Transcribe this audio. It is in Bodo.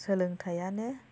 सोलोंथाइयानो